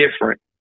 different